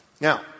Now